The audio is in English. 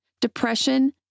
depression